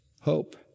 hope